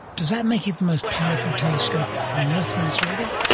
does that make it the most powerful telescope on earth when it's ready?